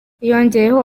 yongeyeho